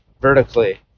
vertically